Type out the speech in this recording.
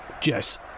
Jess